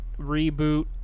reboot